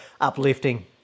uplifting